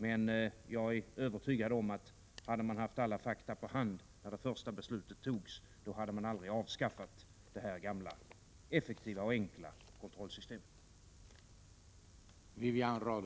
Men jag är övertygad om att man, om man hade haft alla fakta på hand när det första beslutet fattades, aldrig hade avskaffat det gamla, enkla och effektiva kontrollsystemet.